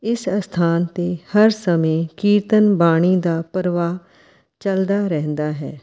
ਇਸ ਅਸਥਾਨ 'ਤੇ ਹਰ ਸਮੇਂ ਕੀਰਤਨ ਬਾਣੀ ਦਾ ਪਰਵਾਹ ਚੱਲਦਾ ਰਹਿੰਦਾ ਹੈ